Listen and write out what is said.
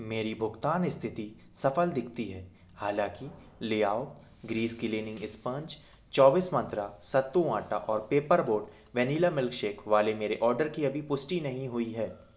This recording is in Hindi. मेरी भुगतान स्थिति सफल दिखती है हालाँकि लियाओ ग्रीज़ क्लीनिंग स्पंज चौब्बीस मंत्रा सत्तू आटा और पेपर बोट वेनिला मिल्कशेक वाले मेरे ऑर्डर की अभी पुष्टि नहीं हुई है